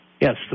yes